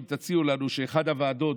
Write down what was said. אם תציעו לנו שאחת הוועדות,